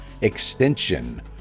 extension